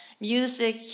music